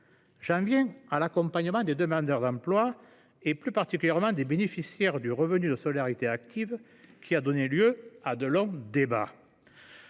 J’en viens à l’accompagnement des demandeurs d’emploi et plus particulièrement des bénéficiaires du revenu de solidarité active, qui a donné lieu à de longs débats.